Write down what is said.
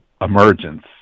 emergence